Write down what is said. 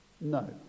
no